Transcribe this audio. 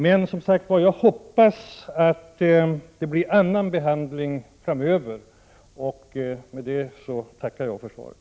Men, som sagt, jag hoppas på en annan behandling framöver. Med detta tackar jag för svaret.